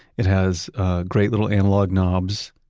it has ah great little analog knobs,